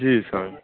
जी sir